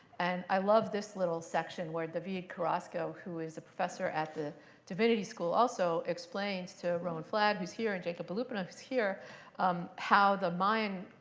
and i love this little section where david carrasco, who is a professor at the divinity school, also explains to rowan flad who's here and jacob olupona who's here how the mayan